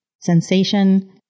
sensation